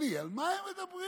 אלי, על מה הם מדברים?